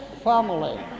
family